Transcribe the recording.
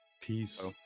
Peace